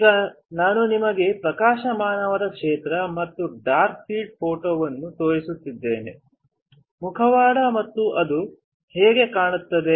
ಈಗ ನಾನು ನಿಮಗೆ ಪ್ರಕಾಶಮಾನವಾದ ಕ್ಷೇತ್ರ ಮತ್ತು ಡಾರ್ಕ್ ಫೀಲ್ಡ್ ಫೋಟೋವನ್ನು ತೋರಿಸಿದ್ದೇನೆ ಮುಖವಾಡ ಮತ್ತು ಅದು ಹೇಗೆ ಕಾಣುತ್ತದೆ